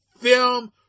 film